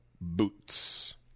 boots